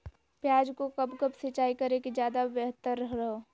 प्याज को कब कब सिंचाई करे कि ज्यादा व्यहतर हहो?